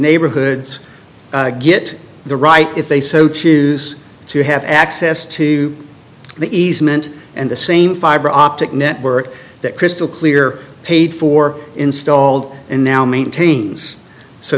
neighborhoods get the right if they so choose to have access to the easement and the same fiber optic network that crystal clear paid for installed and now maintains so